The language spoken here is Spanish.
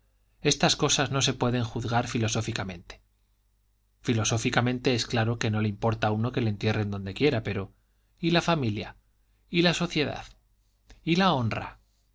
estas cosas no se pueden juzgar filosóficamente filosóficamente es claro que no le importa a uno que le entierren donde quiera pero y la familia y la sociedad y la honra